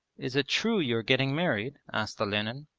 is it true you are getting married asked olenin.